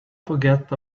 forget